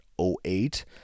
08